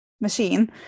machine